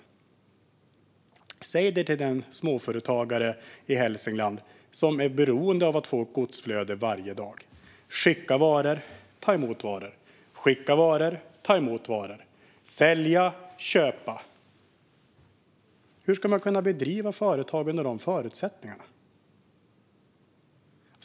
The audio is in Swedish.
Hur fungerar det för den småföretagare i Hälsingland som är beroende av ett dagligt godsflöde för att kunna skicka och ta emot varor, sälja och köpa? Hur ska någon kunna driva företag under dessa förutsättningar?